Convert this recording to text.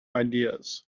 ideas